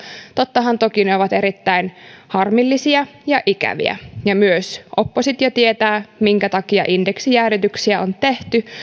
tottahan toki ne ovat erittäin harmillisia ja ikäviä ja myös oppositio tietää minkä takia indeksijäädytyksiä on tehty